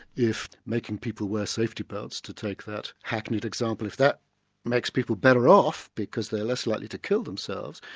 if making people wear safety belts, to take that hackneyed example, if that makes people better off because they're less likely to kill themselves,